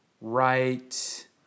right